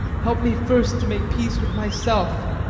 help me first to make peace with myself.